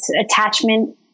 attachment